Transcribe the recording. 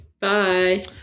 Bye